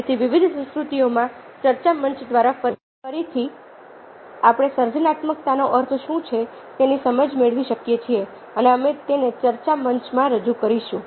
તેથી વિવિધ સંસ્કૃતિઓમાં ચર્ચા મંચ દ્વારા ફરીથી આપણે સર્જનાત્મકતાનો અર્થ શું છે તેની સમજ મેળવી શકીએ છીએ અને અમે તેને ચર્ચા મંચમાં રજૂ કરીશું